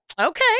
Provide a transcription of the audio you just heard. Okay